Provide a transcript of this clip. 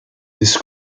this